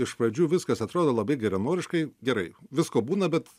iš pradžių viskas atrodo labai geranoriškai gerai visko būna bet